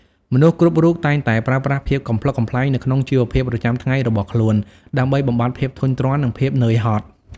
មនុស្សគ្រប់រូបតែងតែប្រើប្រាស់ភាពកំប្លុកកំប្លែងនៅក្នុងជីវភាពប្រចាំថ្ងៃរបស់ខ្លួន ដើម្បីបំបាត់ភាពធុញទ្រាន់និងភាពនឿយហត់។